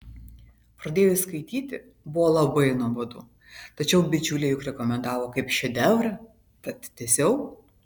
pradėjus skaityti buvo labai nuobodu tačiau bičiuliai juk rekomendavo kaip šedevrą tad tęsiau